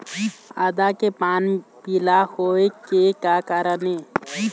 आदा के पान पिला होय के का कारण ये?